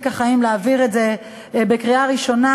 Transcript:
אחראיים להעביר את זה בקריאה ראשונה,